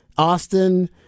Austin